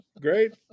Great